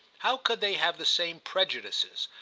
how could they have the same prejudices,